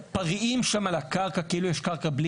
מתפרעים שם על הקרקע כאילו יש קרקע בלי